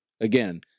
again